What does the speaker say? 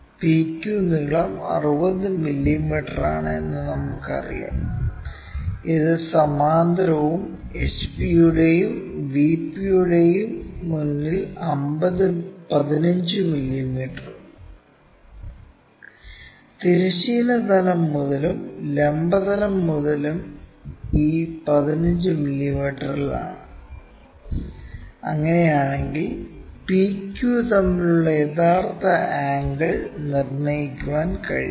PQ നീളം 60 മില്ലീമീറ്ററാണ് എന്ന് നമുക്കറിയാം ഇത് സമാന്തരവും HP യുടെയും VP യുടെയും മുന്നിൽ 15 മില്ലീമീറ്ററും തിരശ്ചീന തലം മുതലും ലംബ തലം മുതലും ഈ 15 മില്ലീമീറ്ററിലാണ് അങ്ങനെയാണെങ്കിൽ PQ തമ്മിലുള്ള യഥാർത്ഥ ആംഗിൾ നിർണ്ണയിക്കാൻ കഴിയും